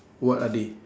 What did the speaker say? what are they